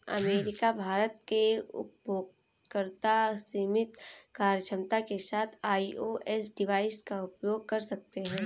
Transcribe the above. America, Bharat के उपयोगकर्ता सीमित कार्यक्षमता के साथ आई.ओ.एस डिवाइस का उपयोग कर सकते हैं